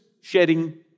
shedding